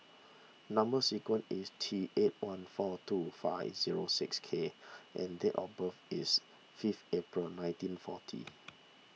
Number Sequence is T eight one four two five zero six K and date of birth is five April nineteen forty